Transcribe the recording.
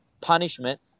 punishment